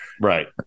Right